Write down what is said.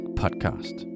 podcast